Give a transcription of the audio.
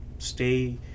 stay